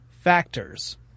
factors